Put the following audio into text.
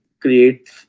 create